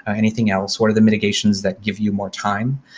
anything else? what are the mitigations that give you more time?